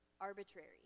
arbitrary